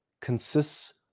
consists